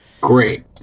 Great